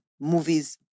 movies